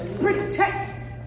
Protect